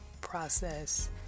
process